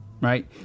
right